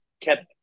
kept